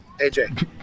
AJ